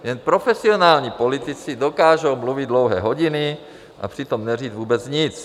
Jen profesionální politici dokážou mluvit dlouhé hodiny a přitom neříct vůbec nic.